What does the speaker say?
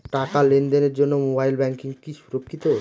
টাকা লেনদেনের জন্য মোবাইল ব্যাঙ্কিং কি সুরক্ষিত?